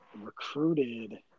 recruited